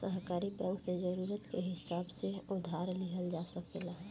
सहकारी बैंक से जरूरत के हिसाब से उधार लिहल जा सकेला